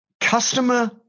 customer